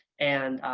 and